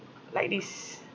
like this